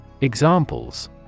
Examples